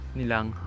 nilang